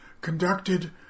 conducted